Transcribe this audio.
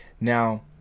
now